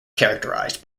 characterized